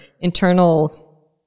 internal